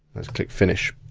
click finish.